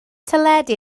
teledu